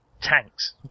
tanks